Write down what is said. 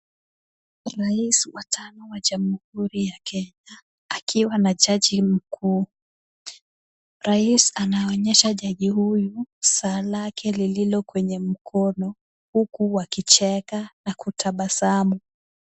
Rais wa tano wa Jamhuri ya Kenya akiwa na jaji mkuu. Rais anaonyesha jaji saa lake lililo kwenye mkono huku wakicheka na kutabasamu.